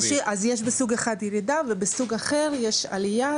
יש בסוג אחד ירידה ובסוג אחר יש עלייה,